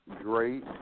great